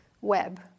web